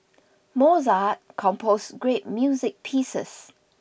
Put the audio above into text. Mozart composed great music pieces